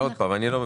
אני לא מבין.